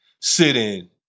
sit-in